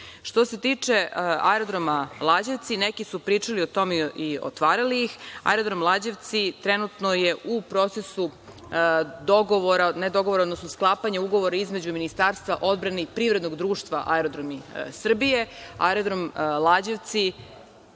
se tiče aerodroma „Lađevci“ neki su pričali o tome i otvarali ih, aerodrom „Lađevci“ trenutno je u procesu dogovora, ne dogovora odnosno sklapanja ugovora između Ministarstva odbrane i Privrednog društva Aerodromi Srbije. Aerodrom „Lađevci“,